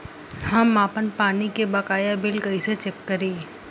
हम आपन पानी के बकाया बिल कईसे चेक करी?